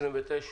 עד (29) פה אחד (23) עד (29)